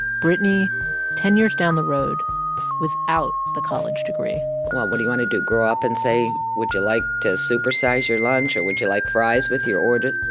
brittany ten years down the road without the college degree well, what do you want to do, grow up and say, would you like to supersize your lunch or would you like fries with your order?